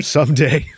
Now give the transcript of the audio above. Someday